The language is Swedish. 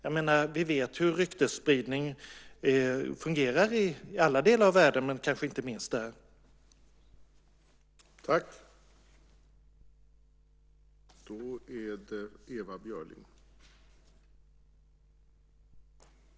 Vi vet ju hur ryktesspridning fungerar i alla delar av världen och kanske inte minst i den där delen.